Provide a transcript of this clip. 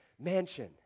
mansion